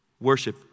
Worship